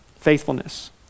faithfulness